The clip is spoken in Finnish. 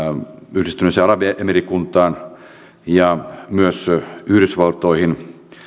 yhdistyneiseen arabiemiirikuntiin ja myös yhdysvaltoihin